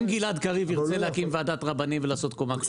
אם גלעד קריב ירצה להקים ועדת רבנים ולעשות קומה כשרה?